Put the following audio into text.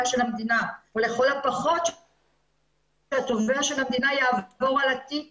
של המדינה או לכל הפחות שהתובע של המדינה יעבור על התיק